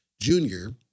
Junior